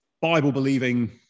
Bible-believing